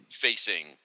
facing